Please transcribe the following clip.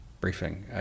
briefing